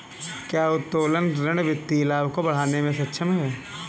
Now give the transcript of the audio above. क्या उत्तोलन ऋण वित्तीय लाभ को बढ़ाने में सक्षम है?